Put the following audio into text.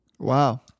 Wow